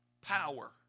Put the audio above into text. Power